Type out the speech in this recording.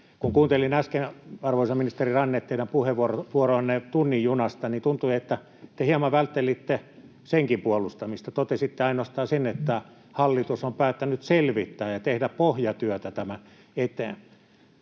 Kun kuuntelin äsken, arvoisa ministeri Ranne, teidän puheenvuoroanne tunnin junasta, niin tuntui, että te hieman välttelitte senkin puolustamista. Totesitte ainoastaan sen, että hallitus on päättänyt selvittää ja tehdä pohjatyötä tämän eteen.